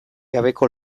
gabeko